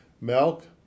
Milk